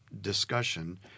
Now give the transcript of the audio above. discussion